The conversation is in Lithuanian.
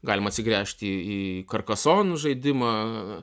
galim atsigręžti į į karkason žaidimą